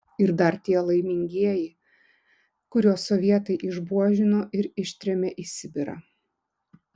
ir dar tie laimingieji kuriuos sovietai išbuožino ir ištrėmė į sibirą